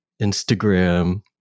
instagram